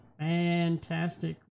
Fantastic